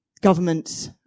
governments